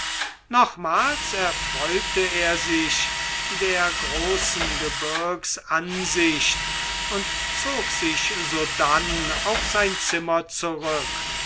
nochmals erfreute er sich der großen gebirgsansicht und zog sich sodann auf sein zimmer zurück